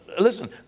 listen